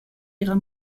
ihrer